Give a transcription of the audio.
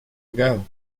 ago